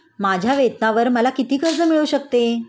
माझ्या वेतनावर मला किती कर्ज मिळू शकते?